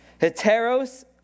Heteros